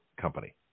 company